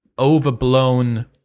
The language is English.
overblown